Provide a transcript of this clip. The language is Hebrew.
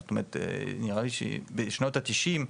זאת אומרת נראה לי שבשנות התשעים,